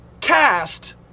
cast